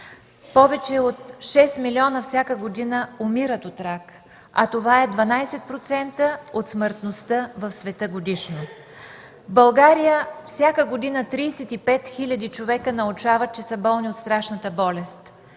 Повече от 6 милиона всяка година умират от рак, а това е 12% от смъртността в света годишно. В България всяка година 35 хиляди човека научават, че са болни от страшната болест.